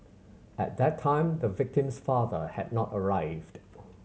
at that time the victim's father had not arrived